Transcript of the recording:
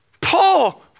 Paul